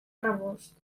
rebost